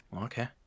Okay